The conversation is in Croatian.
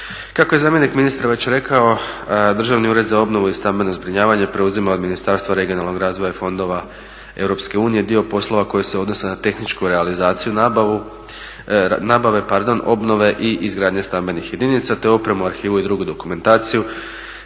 Kako je zamjenik ministra već rekao Državni ured za obnovu i stambeno zbrinjavanje preuzima od Ministarstva regionalnog razvoja i fondova Europske unije dio poslova koji se odnose na tehničku realizaciju i nabavu, nabave pardon, obnove i izgradnje stambenih jedinica, te opremu, arhivu i drugu dokumentaciju